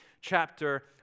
chapter